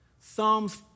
Psalms